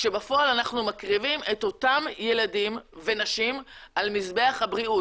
כשבפועל אנחנו מקריבים את אותם ילדים ונשים על מזבח הבריאות.